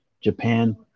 Japan